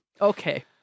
Okay